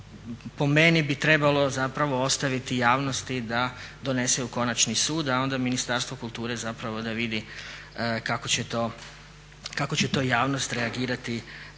po meni bi trebalo zapravo ostaviti javnosti da donese konačni sud, a onda Ministarstvo kulture zapravo da vidi kako će to javnost reagirati